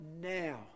now